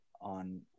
on